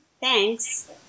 Thanks